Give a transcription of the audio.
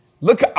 Look